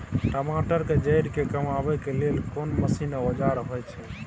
टमाटर के जईर के कमबै के लेल कोन मसीन व औजार होय छै?